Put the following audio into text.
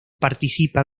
participa